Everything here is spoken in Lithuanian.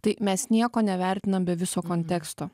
tai mes nieko nevertinam be viso konteksto